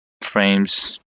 frames